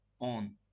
on